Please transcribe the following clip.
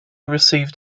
received